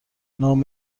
نام